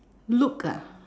look ah